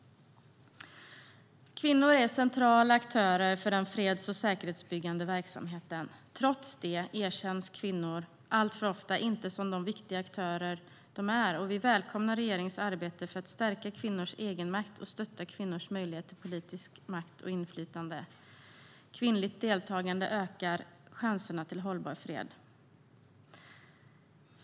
Kvinnor är centrala aktörer för den freds och säkerhetsbyggande verksamheten. Trots det erkänns kvinnor alltför sällan som de viktiga aktörer de är. Vi välkomnar regeringens arbete med att stärka kvinnors egenmakt och stödja kvinnors möjlighet till politisk makt och inflytande. Kvinnligt deltagande ökar chanserna för hållbar fred.